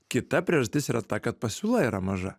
kita priežastis yra ta kad pasiūla yra maža